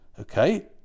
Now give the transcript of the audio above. Okay